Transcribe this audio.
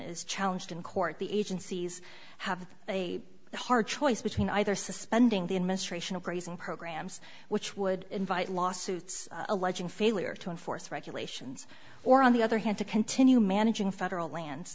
is challenged in court the agencies have a hard choice between either suspending the administration of brazing programs which would invite lawsuits alleging failure to enforce regulations or on the other hand to continue managing federal lands